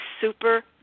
super